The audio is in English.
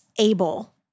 able